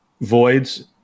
voids